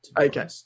Okay